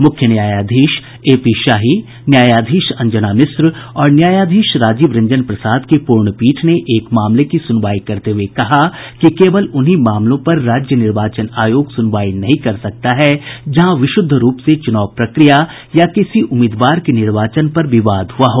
मुख्य न्यायाधीश A P न्यायाधीश अंजना मिश्र और न्यायाधीश राजीव रंजन प्रसाद की पूर्णपीठ ने एक मामले की सूनवाई करते हुये कहा कि केवल उन्हीं मामलों पर राज्य निर्वाचन आयोग सुनवाई नहीं कर सकता है जहां विशुद्ध रूप से चुनाव प्रक्रिया या किसी उम्मीदवार के निर्वाचन पर विवाद हुआ हो